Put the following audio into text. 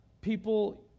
people